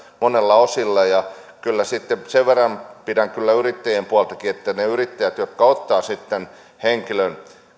osilla ja kyllä sitten sen verran pidän yrittäjienkin puolta että ne yrittäjät jotka ottavat henkilön